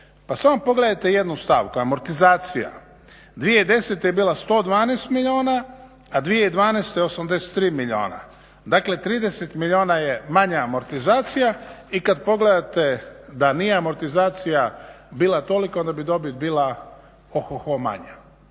Pa samo pogledajte jednu stavku, amortizacija. 2010. je bila 112 milijuna, a 2012. 83 milijuna, dakle 30 milijuna je manja amortizacija i kada pogledate da nije amortizacija bila toliko, onda bi dobit bila ohoho manja.